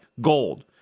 gold